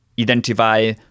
identify